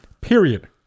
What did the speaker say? Period